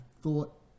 thought